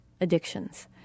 addictions